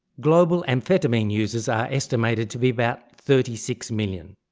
global amphetamine users are estimated to be about thirty six million,